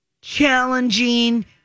challenging